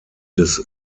des